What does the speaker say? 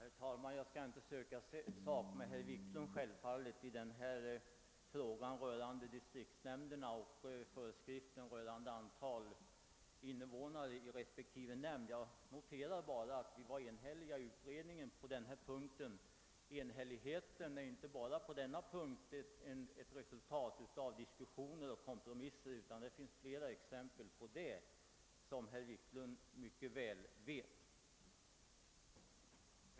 Herr talman! Jag skall självfallet inte söka sak med herr Wiklund i Stockholm i frågan rörande distriktsnämnderna och föreskriften om antalet medlemmar i respektive nämnder. Jag noterar bara att vi i utredningen var eniga på den här punkten. Och enhälligheten inom utredningen är inte bara på denna punkt ett resultat av diskussioner och kompromisser, utan det finns, som herr Wiklund mycket väl vet, flera exempel på detta.